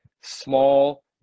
small